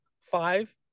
five